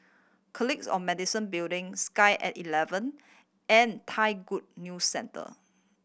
Colleagues of Medicine Building Sky At Eleven and Thai Good New Center